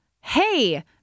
hey